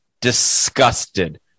disgusted